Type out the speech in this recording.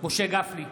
משה גפני,